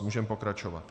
Můžeme pokračovat.